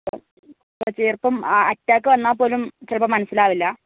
ചിലപ്പോൾ അറ്റാക്ക് വന്നാൽ പോലും ചിലപ്പോൾ മനസിലാവില്ല